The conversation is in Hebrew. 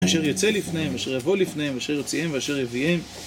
אשר יוצא לפניהם, אשר יבוא לפניהם, אשר יוציאים ואשר יביאים...